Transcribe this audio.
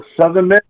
Southern